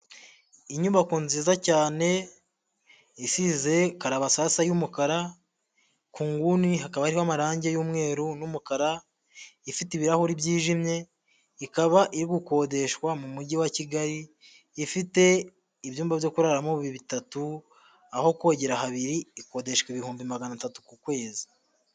Inyubako nziza cyane isize karabasasa y'umukara, ku nguni hakaba hariho amarange y'umweru n'umukara, ifite ibirahure byijimye, ikaba iri gukodeshwa mu mujyi wa Kigali, ifite ibyumba byo kuraramo bitatu, aho kogera habiri, ikodeshwa ibihumbi magana atatu ku kwezi.